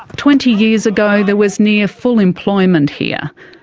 twenty years ago there was near full employment here.